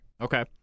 Okay